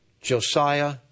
Josiah